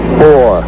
four